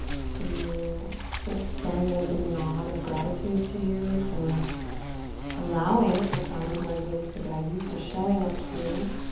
to just extend a little nod of gratitude to you for allowing the sound of my voice to guide you, for showing up here